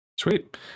Sweet